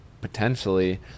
potentially